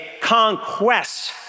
conquest